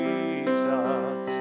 Jesus